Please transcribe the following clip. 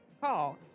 call